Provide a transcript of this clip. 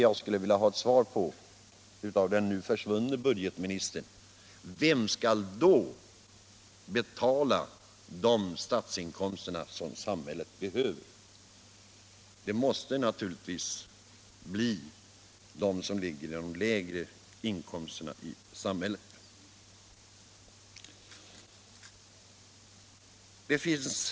Jag skulle vilja ha ett svar av den nu försvunne budgetministern: Vem skall då erlägga de inkomster som samhället behöver? Det måste naturligtvis bli de som tillhör de lägre inkomstgrupperna.